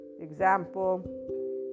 example